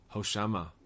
Hoshama